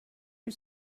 you